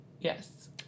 yes